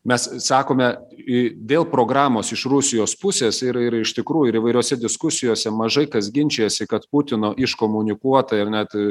mes sakome į dėl programos iš rusijos pusės ir ir iš tikrųjų ir įvairiose diskusijose mažai kas ginčijasi kad putino iškomunikuota ir net